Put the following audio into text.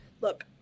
Look